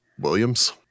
Williams